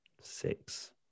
six